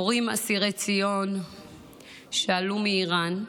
הורים אסירי ציון שעלו מאיראן,